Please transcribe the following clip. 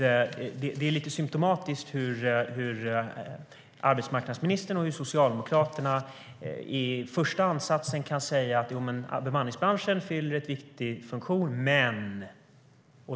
Det är lite symtomatiskt hur arbetsmarknadsministern och Socialdemokraterna i första ansatsen kan säga: Jo, bemanningsbranschen fyller en viktig funktion, men...